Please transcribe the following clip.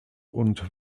und